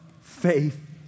faith